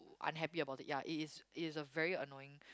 unhappy about it ya it is it is a very annoying